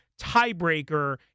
tiebreaker